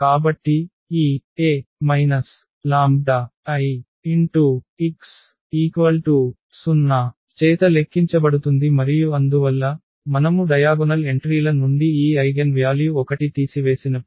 కాబట్టిఈ A λIx0 చేత లెక్కించబడుతుంది మరియు అందువల్ల మనము డయాగొనల్ ఎంట్రీల నుండి ఈ ఐగెన్ వ్యాల్యు 1 తీసివేసినప్పుడు